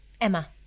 emma